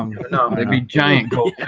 um you know maybe giant coke